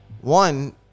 one